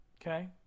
Okay